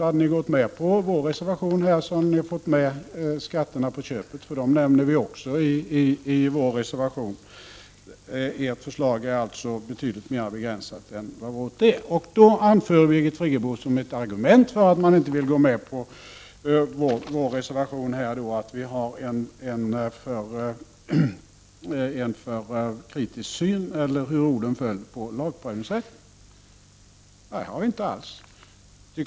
Hade ni gått med på vår reservation hade ni fått med skatterna på köpet, då vi också nämner dem i reservationen. Ert förslag är alltså betydligt mer begränsat än vårt. Birgit Friggebo anför som ett argument för att folkpartiet inte går med på vår reservation att vi har en för kritisk syn på lagprövningsrätten. Nej, det har vi inte alls.